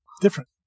different